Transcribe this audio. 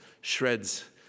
shreds